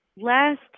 last